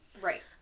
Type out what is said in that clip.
Right